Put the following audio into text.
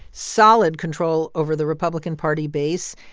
solid control over the republican party base.